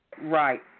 Right